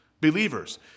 believers